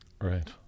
Right